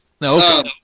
No